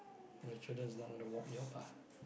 your children's not gonna walk your path